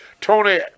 Tony